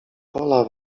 wola